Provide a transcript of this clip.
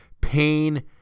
Pain